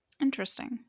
Interesting